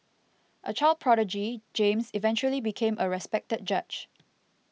a child prodigy James eventually became a respected judge